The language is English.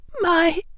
My